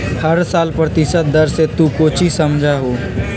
हर साल प्रतिशत दर से तू कौचि समझा हूँ